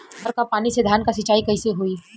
नहर क पानी से धान क सिंचाई कईसे होई?